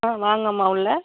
ஆ வாங்கம்மா உள்ள